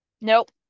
Nope